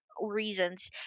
reasons